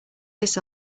this